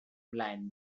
blind